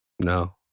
No